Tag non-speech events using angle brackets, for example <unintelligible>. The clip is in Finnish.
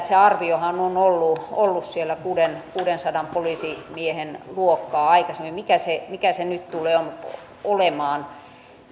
<unintelligible> se arviohan on ollut ollut siellä kuudensadan poliisimiehen luokkaa aikaisemmin mikä se mikä se nyt tulee olemaan